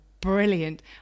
brilliant